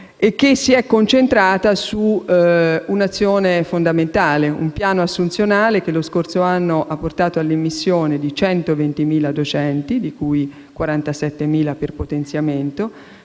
si è concentrata su un'azione fondamentale: un piano assunzionale che lo scorso anno ha portato all'immissione di 120.000 docenti, di cui 47.000 per potenziamento.